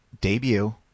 debut